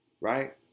right